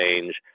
change